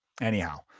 Anyhow